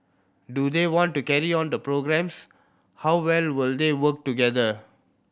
do they want to carry on the programmes how well will they work together